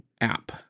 app